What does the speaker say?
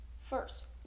First